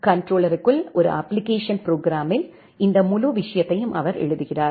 கண்ட்ரோல்லேருக்குள் ஒரு அப்ப்ளிகேஷன் ப்ரோக்ராமில் இந்த முழு விஷயத்தையும் அவர் எழுதுகிறார்